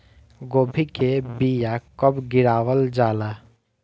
गोभी के बीया कब गिरावल जाला?